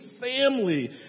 family